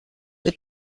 the